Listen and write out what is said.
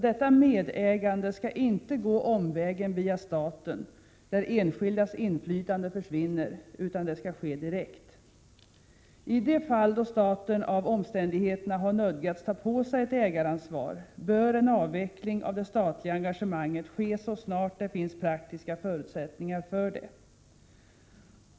Detta medägande skall inte gå omvägen via staten, där enskildas inflytande försvinner, utan det skall ske direkt. I de fall staten av omständigheterna har nödgats att ta på sig ett ägaransvar bör en avveckling av det statliga engagemanget ske så snart det finns praktiska förutsättningar för det.